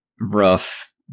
rough